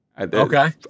Okay